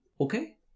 Okay